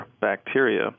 bacteria